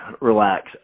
relax